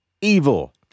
evil